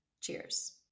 Cheers